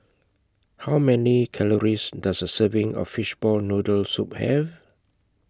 How Many Calories Does A Serving of Fishball Noodle Soup Have